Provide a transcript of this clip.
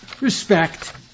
respect